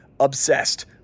obsessed